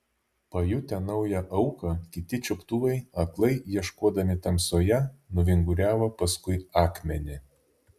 pajutę naują auką kiti čiuptuvai aklai ieškodami tamsoje nuvinguriavo paskui akmenį